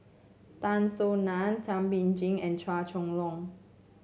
Tan Soo Nan Thum Ping Tjin and Chua Chong Long